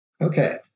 Okay